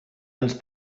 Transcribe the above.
ens